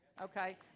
Okay